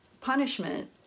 punishment